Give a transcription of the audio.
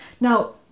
Now